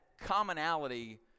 commonality